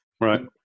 right